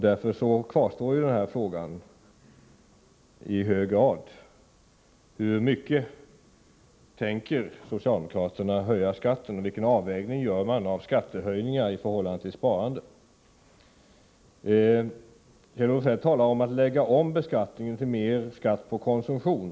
Därför kvarstår i hög grad frågan om hur mycket socialdemokraterna tänker höja skatten och vilken avvägning de gör när det gäller skattehöjningar i förhållande till sparande. Kjell-Olof Feldt talar om att lägga om beskattningen så att det blir mer skatt på konsumtion.